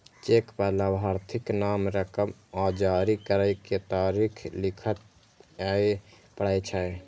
cheque पर लाभार्थीक नाम, रकम आ जारी करै के तारीख लिखय पड़ै छै